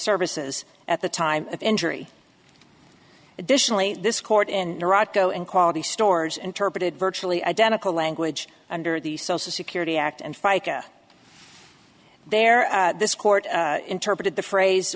services at the time of injury additionally this court in iraq go and quality stores interpreted virtually identical language under the social security act and fica there this court interpreted the phrase